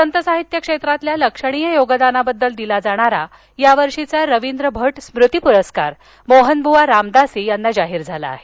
संतसाहित्य क्षेत्रातील लक्षणीय योगदानाबद्दल दिला जाणारा यावर्षीचा रवींद्र भट स्मृती पुरस्कार मोहनबुवा रामदासी यांना जाहीर झाला आहे